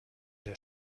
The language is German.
der